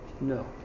No